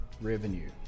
revenue